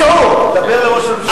דבר לראש הממשלה.